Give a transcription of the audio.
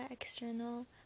external